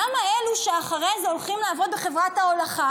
למה אלו שאחרי זה הולכים לעבוד בחברת ההולכה